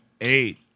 eight